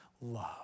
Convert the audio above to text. love